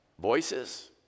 voices